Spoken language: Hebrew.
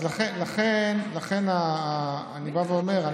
אז לכן אני בא ואומר,